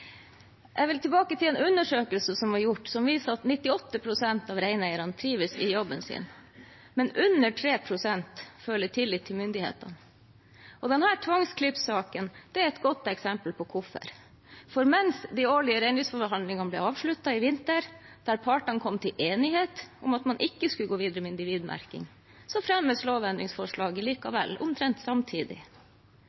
Jeg vil tilbake til en undersøkelse som er blitt gjort, som viser at 98 pst. av reineierne trives i jobben sin, men at under 3 pst. føler tillit til myndighetene. Denne tvangsklips-saken er et godt eksempel på hvorfor, for mens de årlige reindriftsforhandlingene ble avsluttet i vinter – der partene kom til enighet om at man ikke skulle gå videre med individmerking – fremmes lovendringsforslaget